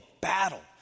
battle